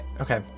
Okay